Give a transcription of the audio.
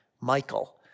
Michael